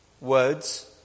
words